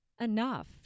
enough